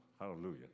Hallelujah